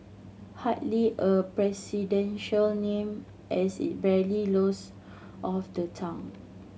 hardly a presidential name as it barely rolls off the tongue